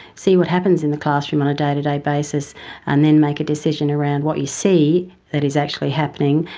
see what happens in the classroom on a day-to-day basis and then make a decision around what you see that is actually happening,